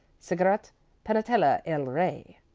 cigarette panatella el rey,